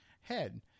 head